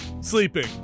sleeping